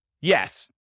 Yes